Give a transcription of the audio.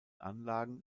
anlagen